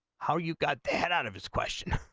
how you cut that out of his question